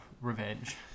revenge